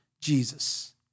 Jesus